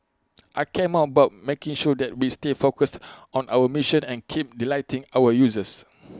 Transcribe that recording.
I care more about making sure that we stay focused on our mission and keep delighting our users